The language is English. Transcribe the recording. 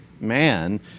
man